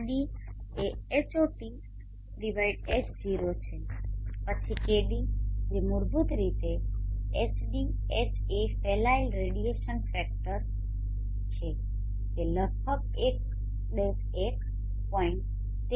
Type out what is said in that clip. Rd એ HotH0 છે પછી kd જે મૂળભૂત રીતે HdHa ફેલાયેલ રેડિયેશન ફેક્ટર છે તે લગભગ 1 1